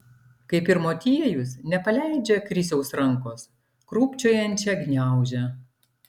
kaip ir motiejus nepaleidžia krisiaus rankos krūpčiojančią gniaužia